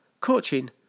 coaching